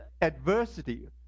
adversity